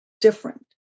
different